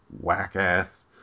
whack-ass